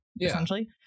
essentially